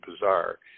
bizarre